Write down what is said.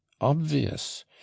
obvious